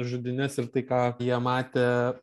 žudynes ir tai ką jie matė